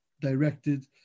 directed